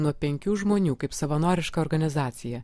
nuo penkių žmonių kaip savanoriška organizacija